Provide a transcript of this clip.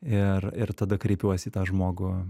ir ir tada kreipiuosi į tą žmogų